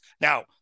Now